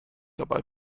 dabei